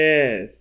Yes